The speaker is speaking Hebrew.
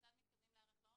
כיצד מתכוונים להיערך,